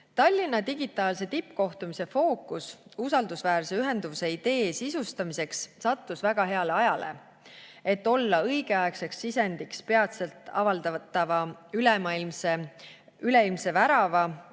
Tallinna digitaalse tippkohtumise fookus usaldusväärse ühenduse idee sisustamiseks sattus väga heale ajale, et olla õigeaegseks sisendiks peatselt avaldatava üleilmse värava